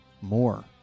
more